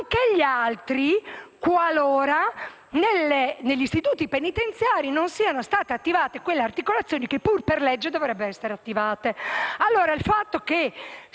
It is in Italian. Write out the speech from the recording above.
«nonché» gli altri «qualora» negli istituti penitenziari non siano state attivate quelle articolazioni che per legge dovrebbero esserci.